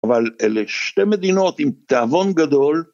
‫אבל אלה שתי מדינות עם תיאבון גדול.